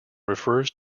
refers